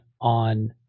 on